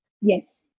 yes